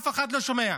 אף אחד לא שומע.